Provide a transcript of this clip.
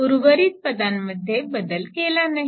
उर्वरित पदांमध्ये बदल केला नाही